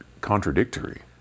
contradictory